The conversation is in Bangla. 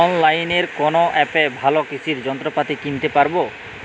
অনলাইনের কোন অ্যাপে ভালো কৃষির যন্ত্রপাতি কিনতে পারবো?